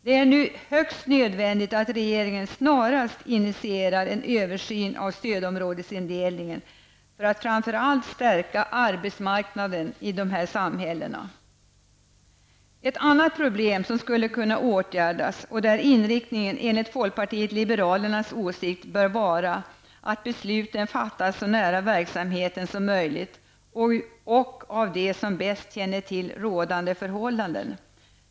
Det är nu helt nödvändigt att regeringen snarast initierar en översyn av stödområdesindelningen för att framför allt stärka arbetsmarknaden i dessa samhällen. Det finns ett annat problem som skulle kunna åtgärdas och där inriktningen enligt folkpartiet liberalernas åsikt bör vara att besluten fattas så nära verksamheten som möjligt och av dem som bäst känner till rådande förhållanden.